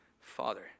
father